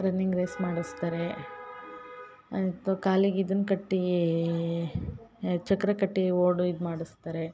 running race ಮಾಡಿಸ್ತಾರೆ ಅದೆಂಥದ್ದೋ ಕಾಲಿಗೆ ಇದನ್ನ ಕಟ್ಟೀ ಚಕ್ರ ಕಟ್ಟಿ ಓಡು ಇದು ಮಾಡಸ್ತಾರೆ